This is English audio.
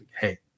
hey